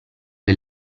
che